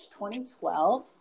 2012